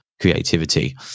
creativity